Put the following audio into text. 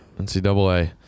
ncaa